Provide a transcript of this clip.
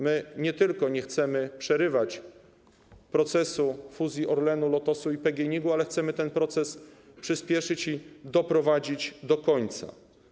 My nie tylko nie chcemy przerywać procesu fuzji Orlenu, Lotosu i PGNiG-u, ale chcemy ten proces przyspieszyć i doprowadzić do końca.